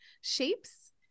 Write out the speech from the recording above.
shapes